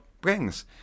brings